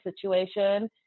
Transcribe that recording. situation